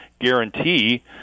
guarantee